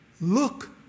Look